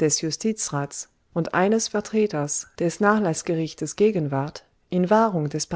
des justizrats und eines vertreters des nachlaßgerichtes gegenwart in wahrung des